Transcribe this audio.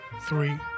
three